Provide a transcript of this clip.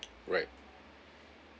right